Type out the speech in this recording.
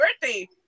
birthday